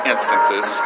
Instances